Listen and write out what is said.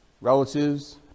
relatives